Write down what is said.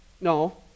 No